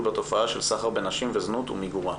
בתופעה של סחר בנשים וזנות ומיגורה.